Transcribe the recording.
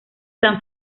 san